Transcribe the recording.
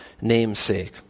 namesake